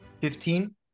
Fifteen